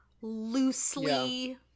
loosely